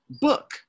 book